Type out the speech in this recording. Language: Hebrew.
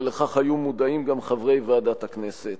ולכך היו מודעים גם חברי ועדת הכנסת,